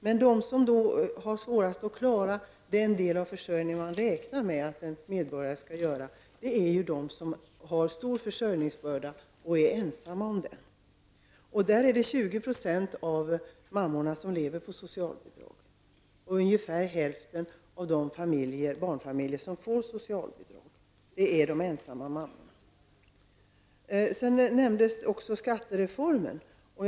Men de som har svårt att klara den försörjning som man räknar med att en medborgare skall klara av är de som har stor försörjningsbörda som de är ensamma om. 20 % av dessa mammor lever av socialbidrag. Ungefär hälften av de familjer som får socialbidrag består av ensamma mammor. Statsrådet nämnde skattereformen i svaret.